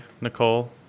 Nicole